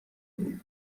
بود